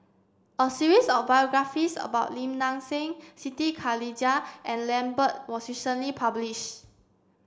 a series of biographies about Lim Nang Seng Siti Khalijah and Lambert was recently published